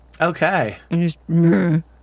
Okay